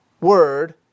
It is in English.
word